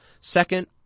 Second